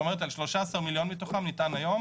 על 13 מיליון מתוכם ניתן היום